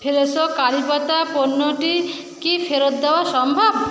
Fresho কারি পাতা পণ্যটি কি ফেরত দেওয়া সম্ভব